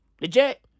Legit